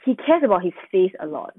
he cares about his face a lot